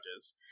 judges